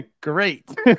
Great